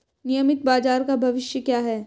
नियमित बाजार का भविष्य क्या है?